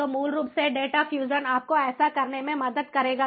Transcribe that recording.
तो मूल रूप से डेटा फ्यूजन आपको ऐसा करने में मदद करेगा